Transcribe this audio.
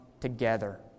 together